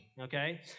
okay